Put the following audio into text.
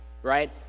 Right